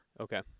Okay